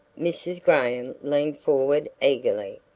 mrs. graham leaned forward eagerly,